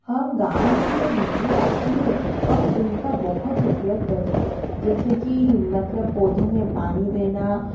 हम गाँव की जो बिजली आती हे हम उनका बहुत उपयोग करते जैसे कि मतलब पौधों में पानी देना